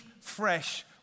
fresh